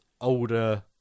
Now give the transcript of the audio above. older